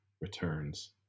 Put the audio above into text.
returns